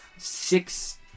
six